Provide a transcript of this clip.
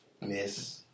Miss